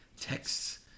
texts